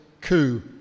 coup